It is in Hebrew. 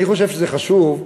אני חושב שזה חשוב,